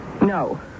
No